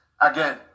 again